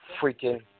freaking